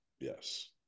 Yes